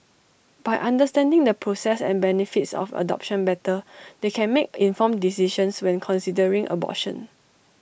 by understanding the process and benefits of adoption better they can make informed decisions when considering abortion